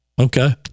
okay